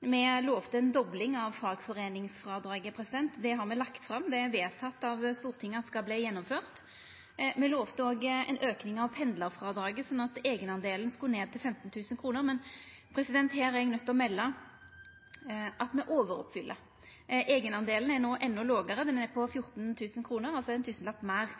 Me lovde ei dobling av fagforeiningsfrådraget. Det har me lagt fram, det er vedteke av Stortinget at skal bli gjennomført. Me lovde òg ein auke i pendlarfrådraget, sånn at eigenandelen skulle ned til 15 000 kr – men her er eg nøydd til å melda at me overoppfyller. Eigenandelen er no endå lågare, han er på 14 000 kr, altså ein tusenlapp